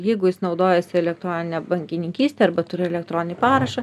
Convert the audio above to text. jeigu jis naudojasi elektronine bankininkyste arba turi elektroninį parašą